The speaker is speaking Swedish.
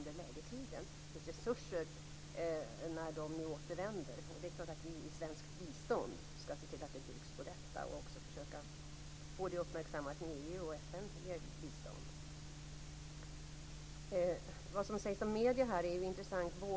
Det finns resurser när de nu återvänder. Självfallet skall vi i svenskt bistånd se till att det byggs vidare på detta. Vi skall också försöka få det uppmärksammat i EU:s och FN:s bistånd. Det som sägs om medierna är intressant.